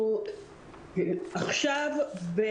עכשיו אנחנו